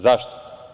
Zašto?